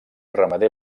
ramader